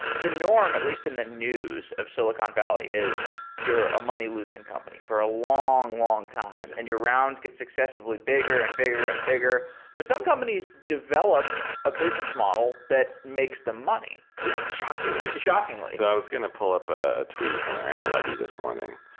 the norm at least in the news of silicon valley is you're a money-losing company for a long, long time and your rounds get successively bigger and bigger and bigger, but some companies develop a business model that makes the money. yeah shockingly! shockingly. so i was going to pull up a tweet from aron levy this morning,